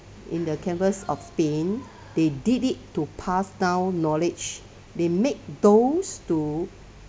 in the campus of spain they did it to pass down knowledge they make those to